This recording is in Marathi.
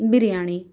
बिर्याणी